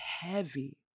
heavy